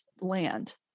land